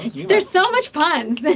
yeah there's so much puns